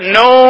no